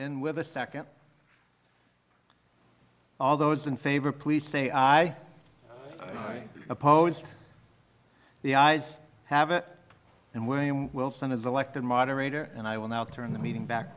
in with a second all those in favor please say i opposed the eyes have it and wayne wilson is elected moderator and i will now turn the meeting back